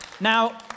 Now